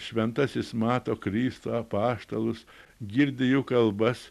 šventasis mato kristų apaštalus girdi jų kalbas